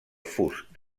fust